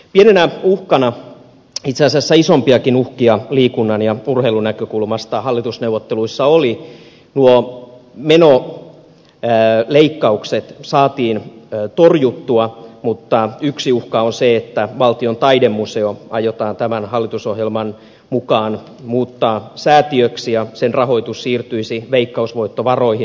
pieni uhka itse asiassa isompikin uhka liikunnan ja urheilun näkökulmasta hallitusneuvotteluissa nuo menoleikkaukset saatiin torjuttua oli se että valtion taidemuseo aiotaan tämän hallitusohjelman mukaan muuttaa säätiöksi ja sen rahoitus siirtyisi veikkausvoittovaroihin